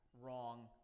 Wrong